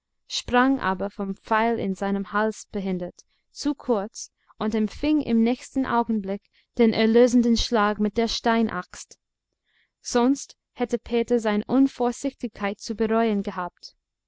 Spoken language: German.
sprang aber vom pfeil in seinem hals behindert zu kurz und empfing im nächsten augenblick den erlösenden schlag mit der steinaxt sonst hätte peter seine unvorsichtigkeit zu bereuen gehabt